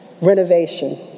renovation